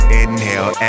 inhale